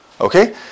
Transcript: Okay